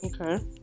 Okay